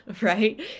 right